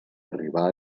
arribà